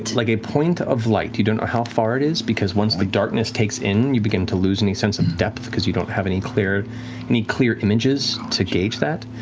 like a point of light. you don't know how far it is, because once the darkness takes in, you begin to lose any sense of depth, because you don't have any clear any clear images to gauge that,